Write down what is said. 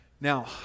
Now